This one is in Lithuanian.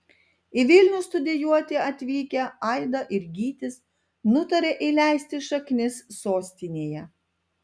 į vilnių studijuoti atvykę aida ir gytis nutarė įleisti šaknis sostinėje